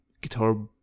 guitar